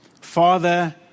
Father